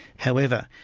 however,